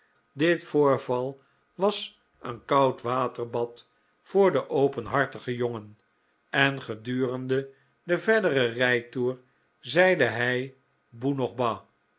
dit voorval was een koud waterbad voor den openhartigen jongen en gedurende den verderen rijtoer zeide hij boe noch